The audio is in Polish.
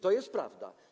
To jest prawda.